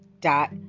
dot